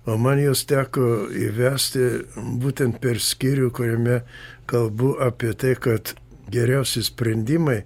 o man juos teko įvesti būtent per skyrių kuriame kalbu apie tai kad geriausi sprendimai